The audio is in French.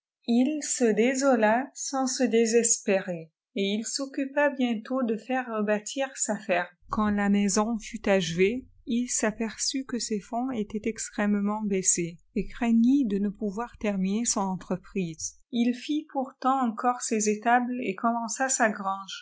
iil se désola sans se désespérer çt il i occupa bientôt de laë rebâtir sa ferme quand la maisqii fui âcneyç jl s'aperçut que ses fonds étaient extrêmeitient baisses et craignit de né pouvoir terminer son entreprise il flt pourtant encore ses étaîdès et commença sa